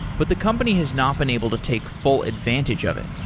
but the company has not been able to take full advantage of it.